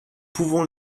pouvons